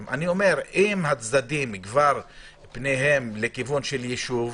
אני אומר: אם הצדדים כבר פניהם לכיוון יישוב,